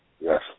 Yes